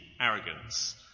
arrogance